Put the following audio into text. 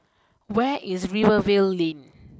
where is Rivervale Lane